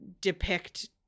depict